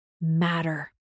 matter